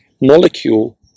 molecule